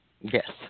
Yes